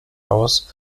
aus